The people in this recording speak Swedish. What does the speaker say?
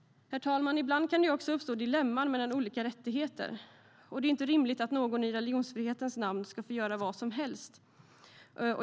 Herr talman! Ibland kan det också uppstå dilemman mellan olika rättigheter. Det är ju inte rimligt att någon i religionsfrihetens namn ska få göra vad som helst.